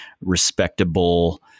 respectable